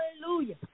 Hallelujah